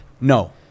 No